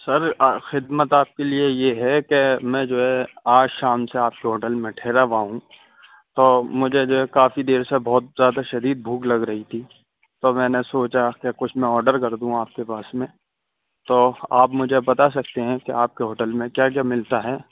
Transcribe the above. سر خدمت آپ کے لیے یہ ہے کہ میں جو ہے آج شام سے آپ کے ہوٹل میں ٹھہرا ہوا ہوں تو مجھے جو ہے کافی دیر سے بہت زیادہ شدید بھوک لگ رہی تھی تو میں نے سوچا کہ کچھ میں آڈر کر دوں آپ کے پاس میں تو آپ مجھے بتا سکتے ہیں کہ آپ کے ہوٹل میں کیا کیا ملتا ہے